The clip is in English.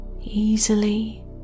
easily